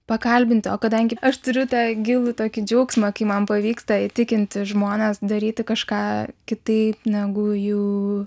pakalbinti o kadangi aš turiu tą gilų tokį džiaugsmą kai man pavyksta įtikinti žmones daryti kažką kitaip negu jų